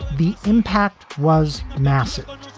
the impact was massive.